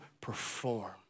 perform